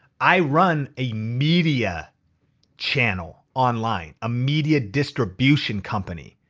i run a media channel online. a media distribution company.